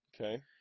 Okay